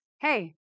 Hey